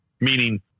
meaning